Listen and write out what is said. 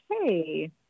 Hey